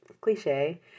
cliche